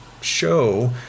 show